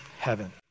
heaven